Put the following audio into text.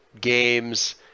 games